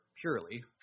purely